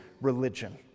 Religion